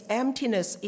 emptiness